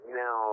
no